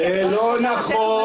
זה לא נכון.